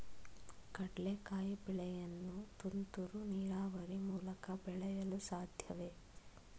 ಕಡ್ಲೆಕಾಯಿ ಬೆಳೆಯನ್ನು ತುಂತುರು ನೀರಾವರಿ ಮೂಲಕ ಬೆಳೆಯಲು ಸಾಧ್ಯವೇ?